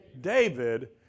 David